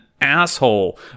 asshole